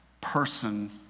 person